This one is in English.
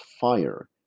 fire